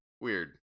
Weird